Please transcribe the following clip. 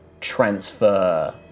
transfer